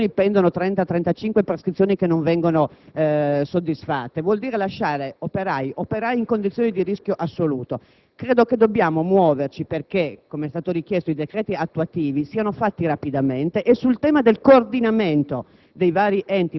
sulle condizioni pendono 30-35 prescrizioni che non vengono soddisfatte: vuol dire lasciare gli operai in condizioni di rischio assoluto. Credo che dobbiamo muoverci perché, com'è stato richiesto, i decreti attuativi siano approvati rapidamente e si operi per